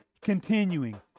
continuing